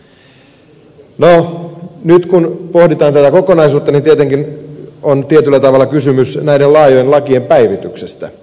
no nyt kun pohditaan tätä kokonaisuutta niin tietenkin on tietyllä tavalla kysymys näiden laajojen lakien päivityksestä